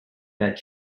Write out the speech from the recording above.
bed